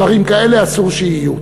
דברים כאלה אסור שיהיו.